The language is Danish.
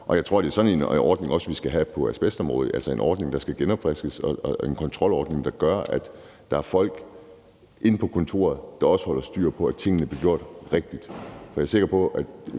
Og jeg tror, det er sådan en ordning, vi også skal have på asbestområdet, altså en ordning, der skal genopfriskes, og en kontrolordning, der gør, at der er folk inde på kontoret, der også har styr på, at tingene bliver gjort rigtigt.